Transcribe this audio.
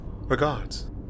regards